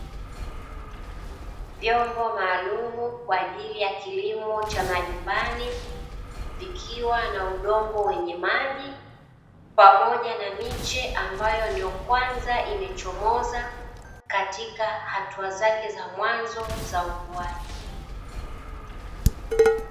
Vyombo maalumu kwa ajili ya kilimo cha majumbani, vikiwa na udongo wenye maji pamoja na miche ambayo ndio kwanza imechomoza katika hatua zake za mwanzo za ukuaji.